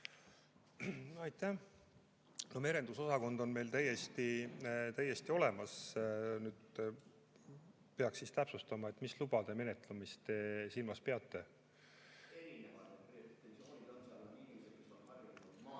Aitäh! Merendusosakond on meil täiesti olemas. Nüüd peaks täpsustama, mis lubade menetlemist te silmas peate.